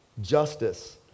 justice